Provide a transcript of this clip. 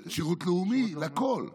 שירות לאומי לכול.